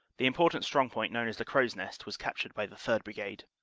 the important strong point known as the crow's nest was captured by the third. brigade.